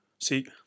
See